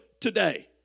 today